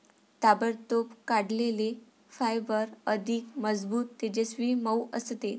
ताबडतोब काढलेले फायबर अधिक मजबूत, तेजस्वी, मऊ असते